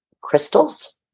crystals